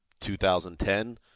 2010